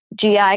GI